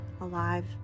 alive